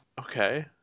Okay